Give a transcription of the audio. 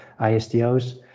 istos